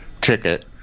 ticket